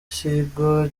kigo